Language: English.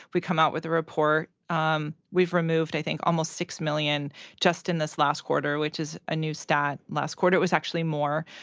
we come out with a report. um we've removed i think almost six million just in this last quarter, which is a new stat. last quarter, it was actually more.